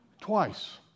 twice